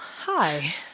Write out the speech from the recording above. hi